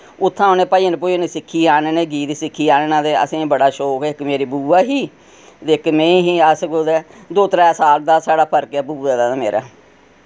उत्थुआं उ'नें भजन भुजन सिक्खियै आने न गीत सिक्खियै आने ते असें बड़ा शौक इक मेरी बुआ ही ते इक में ही अस कुतै दो त्रै साल दा साढ़ा फर्क ऐ मेरा ते बुआ दा